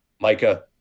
Micah